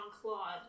Claude